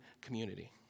community